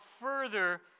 further